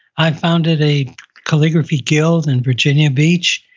i founded a calligraphy guild in virginia beach,